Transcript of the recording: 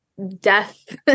death